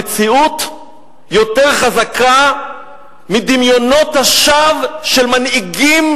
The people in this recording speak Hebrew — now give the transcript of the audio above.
המציאות יותר חזקה מדמיונות השווא של מנהיגים,